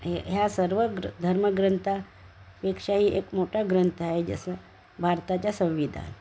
हे ह्या सर्व ग्र धर्मग्रंथां पेक्षाही एक मोठा ग्रंथ आहे जसं भारताच्या संविधान